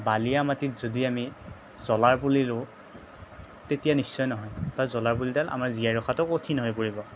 বালিয়া মাটিত যদি আমি জ্বলাৰ পুলি ৰোওঁ তেতিয়া নিশ্চয় নহয় কাৰণ জ্বলাৰ পুলিডাল আমাৰ জীয়াই ৰখাটো কঠিন হৈ পৰিব